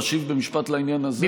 אשיב במשפט בעניין הזה,